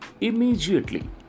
immediately